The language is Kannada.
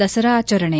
ದಸರಾ ಆಚರಣೆ